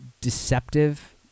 deceptive